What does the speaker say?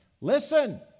Listen